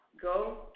Go